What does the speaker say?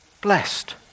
blessed